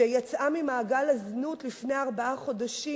שיצאה ממעגל הזנות לפני ארבעה חודשים.